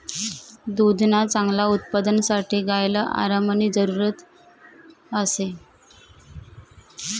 दुधना चांगला उत्पादनसाठे गायले आरामनी जरुरत ह्रास